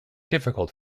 difficult